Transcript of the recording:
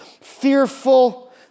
fearful